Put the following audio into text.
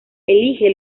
elige